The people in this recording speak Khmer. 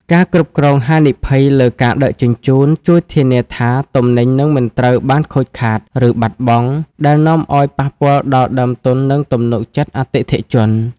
ការគ្រប់គ្រងហានិភ័យ លើការដឹកជញ្ជូន ជួយធានាថាទំនិញនឹងមិនត្រូវបានខូចខាត ឬបាត់បង់ ដែលនាំឱ្យប៉ះពាល់ដល់ដើមទុន និងទំនុកចិត្តអតិថិជន។